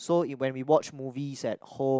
so it when we watch movies at home